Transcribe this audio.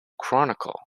chronicle